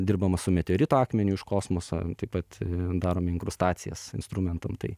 dirbama su meteorito akmeniu iš kosmoso taip pat darome inkrustacijas instrumentam tai